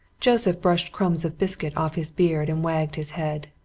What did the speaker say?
joseph brushed crumbs of biscuit off his beard and wagged his head.